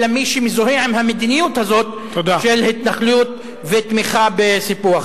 אלא מי שמזוהה עם המדיניות הזאת של התנחלות ותמיכה בסיפוח.